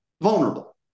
Vulnerable